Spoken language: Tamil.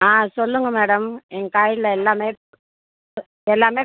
ஆ சொல்லுங்கள் மேடம் எங்கள் கடையில் எல்லாமே எல்லாமே